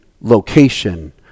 location